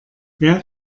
wer